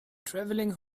travelling